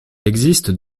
existe